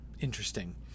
interesting